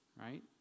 right